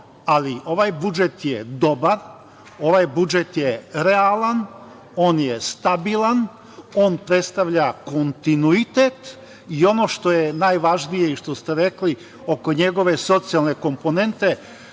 ali ovaj budžet je dobar, ovaj budžet je realan, on je stabilan, on predstavlja kontinuitet i ono što je najvažnije i što ste rekli oko njegove socijalne komponente,